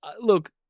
Look